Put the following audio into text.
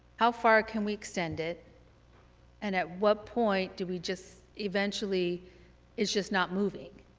how far can we extend it and at what point do we just eventually it's just not moving?